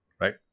right